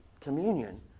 communion